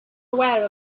aware